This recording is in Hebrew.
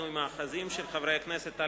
אדוני היושב-ראש, חברי הכנסת,